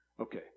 Okay